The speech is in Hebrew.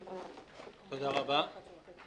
תודה רבה.